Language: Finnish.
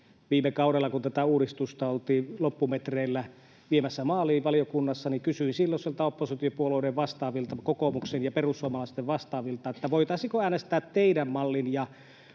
Viime kaudella kun tätä uudistusta oltiin loppumetreillä viemässä maaliin valiokunnassa, niin kysyin silloisilta oppositiopuolueiden vastaavilta, kokoomuksen ja perussuomalaisten vastaavilta, voitaisiinko äänestää teidän mallinne